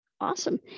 Awesome